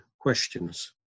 questions